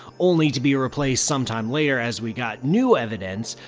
only to be replaced sometime later as we got new evidence,